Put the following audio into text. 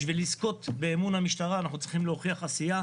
בשביל לזכות באמון המשטרה אנחנו צריכים להוכיח עשייה,